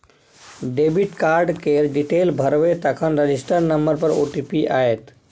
debit card केर detail भरबै तखन रजिस्टर नंबर पर ओ.टी.पी आएत